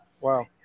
Wow